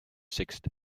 sixth